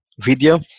video